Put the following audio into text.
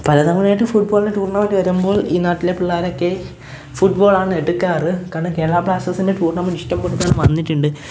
പല തവണയായിട്ട് ഫുട്ബോളിന്റെ റ്റൂര്ണമെന്റ് വരുമ്പോള് ഈ നാട്ടിലെ പിള്ളേരൊക്കെ ഫുട്ബോളാണെടുക്കാറ് കാരണം കേരളാബ്ലാസ്റ്റേസിന്റെ റ്റൂര്ണമെന്റിഷ്ടം പോലിവിടെ വന്നിട്ടുണ്ട്